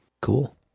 Cool